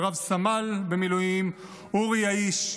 ורב-סמל במילואים אורי יעיש,